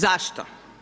Zašto?